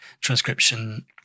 transcription